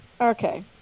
Okay